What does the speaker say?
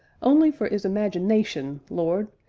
only for is imagination lord!